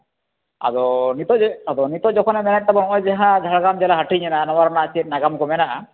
ᱟᱫᱚ ᱱᱤᱛᱳᱜ ᱱᱤᱛᱳᱜ ᱡᱚᱠᱷᱚᱱᱮ ᱢᱮᱱᱮᱫ ᱛᱟᱵᱚᱱ ᱱᱚᱜᱼᱚᱭ ᱡᱟᱦᱟᱸ ᱡᱷᱟᱲᱜᱨᱟᱢ ᱡᱮᱞᱟ ᱦᱟᱹᱴᱤᱧᱮᱱᱟ ᱱᱚᱣᱟ ᱨᱮᱱᱟᱜ ᱪᱮᱫ ᱱᱟᱜᱟᱢ ᱠᱚ ᱢᱮᱱᱟᱜᱼᱟ